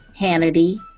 Hannity